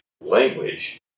language